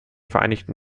vereinigten